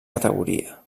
categoria